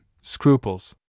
Scruples